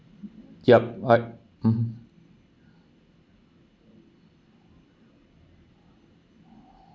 yup I mmhmm